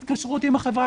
התקשרות עם החברה,